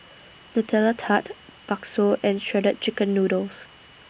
Nutella Tart Bakso and Shredded Chicken Noodles